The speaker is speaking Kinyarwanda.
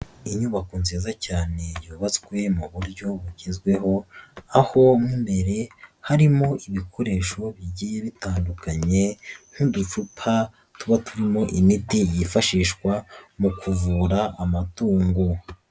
Inyubako nziza cyane yubatswe mu buryo bugezweho, aho mo imbere harimo ibikoresho bigiye bitandukanye nk'uducupa tuba turimo imiti yifashishwa mu kuvura amatungo.